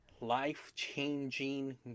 life-changing